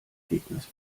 gegners